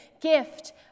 gift